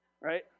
Right